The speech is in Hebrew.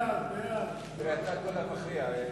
נא להצביע.